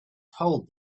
told